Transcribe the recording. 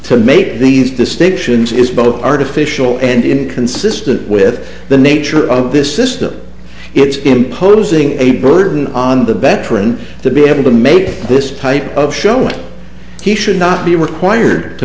to make these distinctions is both artificial and inconsistent with the nature of this system it's imposing a burden on the better and to be able to make this type of show which he should not be required to